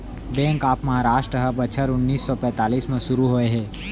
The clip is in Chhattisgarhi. बेंक ऑफ महारास्ट ह बछर उन्नीस सौ पैतीस म सुरू होए हे